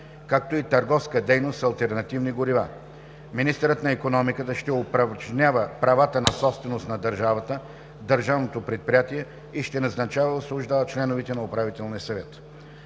както и търговска дейност с алтернативни горива. Министърът на икономиката ще упражнява правото на собственост на държавата в държавното предприятие и ще назначава и освобождава членовете на Управителния съвет.